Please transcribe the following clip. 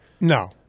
No